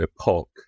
epoch